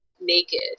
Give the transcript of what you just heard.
naked